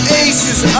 aces